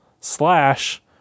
slash